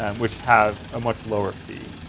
and which have a much lower fee.